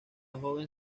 joven